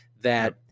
that-